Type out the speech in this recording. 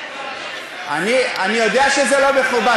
אני יודע שזה לא מכובד.